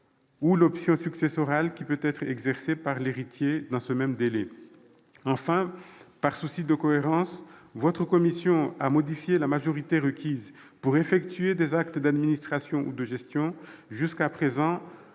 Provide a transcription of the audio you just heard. ou l'option successorale qui peut être exercée par l'héritier dans ce même délai. Enfin, par souci de cohérence, la commission a modifié la majorité requise pour effectuer des actes d'administration ou de gestion, jusqu'à présent